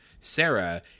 sarah